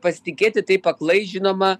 pasitikėti taip aklai žinoma